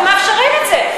אנחנו מאפשרים את זה.